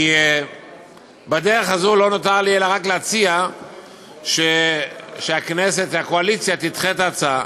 כי בדרך הזאת לא נותר לי אלא רק להציע שהכנסת והקואליציה ידחו את ההצעה.